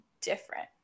different